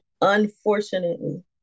unfortunately